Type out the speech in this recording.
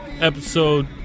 episode